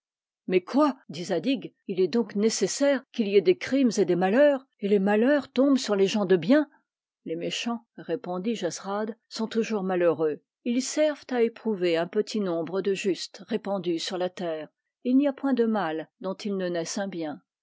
mais quoi dit zadig il est donc nécessaire qu'il y ait des crimes et des malheurs et les malheurs tombent sur les gens de bien les méchants répondit jesrad sont toujours malheureux ils servent à éprouver un petit nombre de justes répandus sur la terre et il n'y a point de mal dont il ne naisse un bien